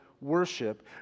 worship